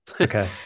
Okay